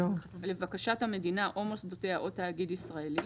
לבקשת המדינה או מוסדותיה או תאגיד ישראלי,